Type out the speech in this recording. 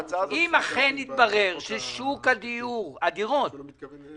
ההצעה הזאת --- אם אכן יתברר ששוק הדיור לא יתאושש